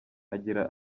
agira